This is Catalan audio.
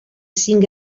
cinc